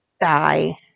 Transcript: die